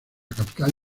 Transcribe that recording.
capital